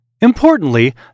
Importantly